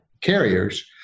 carriers